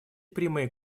прямые